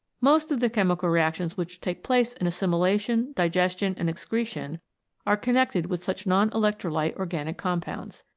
most of the chemical reactions which take place in assimilation, digestion, and excretion are connected with such non-electrolyte organic compounds.